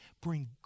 bring